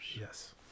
Yes